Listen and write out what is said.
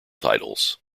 titles